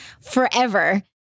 forever